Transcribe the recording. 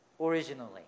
originally